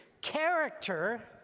Character